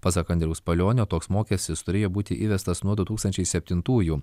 pasak andriaus palionio toks mokestis turėjo būti įvestas nuo du tūkstančiai septintųjų